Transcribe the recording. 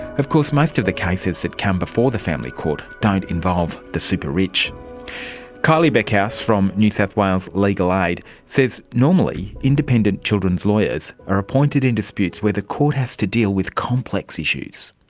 of course most of the cases that come before the family court don't involve the super-rich. kylie beckhouse from new south wales legal aid says normally, independent children's lawyers are appointed in disputes where the court has to deal with complex issues.